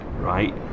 right